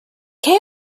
came